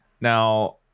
now